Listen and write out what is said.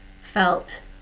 felt